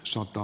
sota